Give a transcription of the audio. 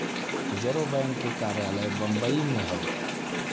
reserve Bank के कार्यालय बम्बई में हौ